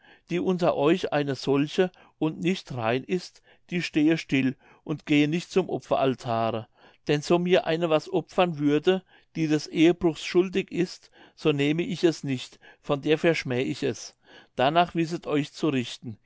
die unter euch eine solche und nicht rein ist die stehe still und gehe nicht zum opferaltare denn so mir eine was opfern würde die des ehebruchs schuldig ist so nehme ich es nicht von der verschmäh ich es darnach wisset euch zu richten